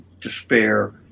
despair